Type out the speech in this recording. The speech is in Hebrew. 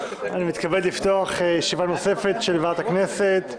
אני מתכבד לפתוח ישיבה נוספת של ועדת הכנסת.